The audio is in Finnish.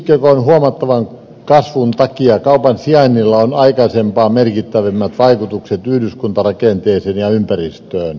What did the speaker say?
yksikkökoon huomattavan kasvun takia kaupan sijainnilla on aikaisempaa merkittävämmät vaikutukset yhdyskuntarakenteeseen ja ympäristöön